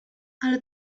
ale